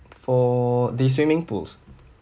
for the swimming pools